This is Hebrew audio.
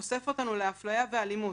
חושף אותנו לאפליה ואלימות,